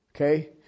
Okay